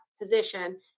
position